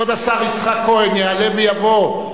כבוד השר יצחק כהן יעלה ויבוא.